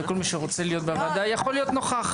וכל מי שרוצה להיות בוועדה יכול להיות נוכח.